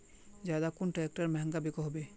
ज्यादा कुन ट्रैक्टर महंगा बिको होबे?